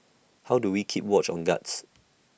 how do we keep watch on guards